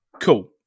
Cool